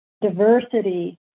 diversity